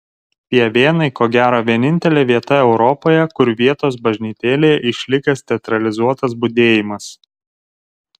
pievėnai ko gero vienintelė vieta europoje kur vietos bažnytėlėje išlikęs teatralizuotas budėjimas